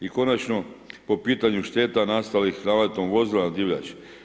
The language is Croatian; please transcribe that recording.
I konačno, po pitanju šteta nastalih naletom vozila na divljač.